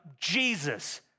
Jesus